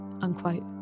Unquote